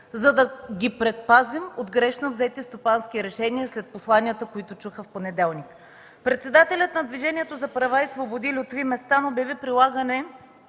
за да ги предпазим от грешно взети стопански решения след посланията, които чуха в понеделник. Председателят на Движението за права и свободи Лютви Местан обяви прилагането